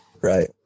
right